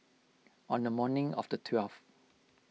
on the morning of the twelfth